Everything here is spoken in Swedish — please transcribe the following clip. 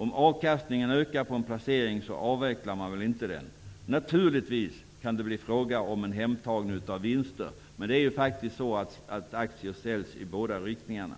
Om avkastningen ökar på en placering avvecklar man den väl inte? Naturligtvis kan det bli fråga om en hemtagning av vinster. Men aktier säljs faktiskt i båda riktningarna.